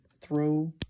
throw